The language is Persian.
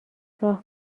راه